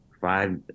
five